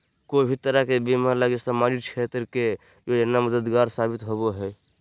कोय भी तरह के बीमा लगी सामाजिक क्षेत्र के योजना मददगार साबित होवो हय